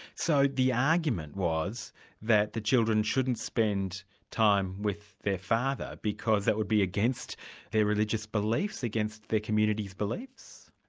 so the argument was that the children shouldn't spend time with their father because that would be against their religious beliefs, against their community's beliefs?